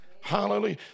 hallelujah